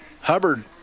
Hubbard